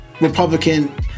Republican